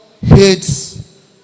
hates